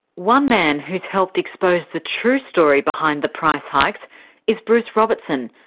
one man who's helped expose the true story behind the price hikes is bruce robertson,